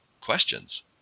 questions